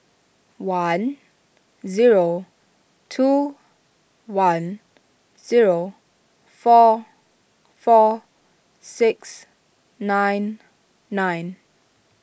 one zero two one zero four four six nine nine